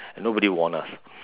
nobody warn us